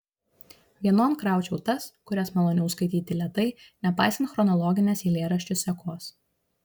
vienon kraučiau tas kurias maloniau skaityti lėtai nepaisant chronologinės eilėraščių sekos